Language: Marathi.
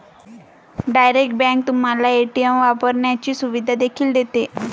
डायरेक्ट बँक तुम्हाला ए.टी.एम वापरण्याची सुविधा देखील देते